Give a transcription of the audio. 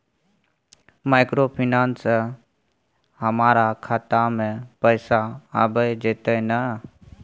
Microfinance से हमारा खाता में पैसा आबय जेतै न?